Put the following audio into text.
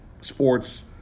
sports